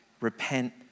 repent